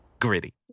Gritty